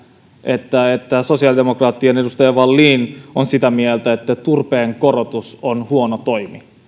että että sosiaalidemokraattien edustaja wallin on sitä mieltä että turpeen veron korotus on huono toimi